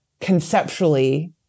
conceptually